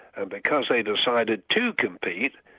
and because they decided to compete,